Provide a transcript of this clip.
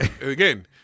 Again